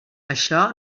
això